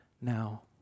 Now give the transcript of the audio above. now